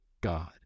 God